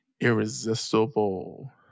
irresistible